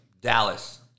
Dallas